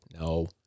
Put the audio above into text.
No